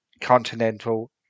continental